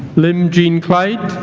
lim gene clyde